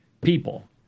people